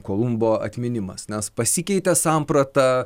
kolumbo atminimas nes pasikeitė samprata